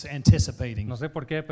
anticipating